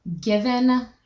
given